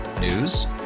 News